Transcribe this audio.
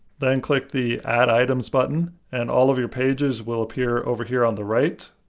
then click the add items button and all of your pages will appear over here on the right.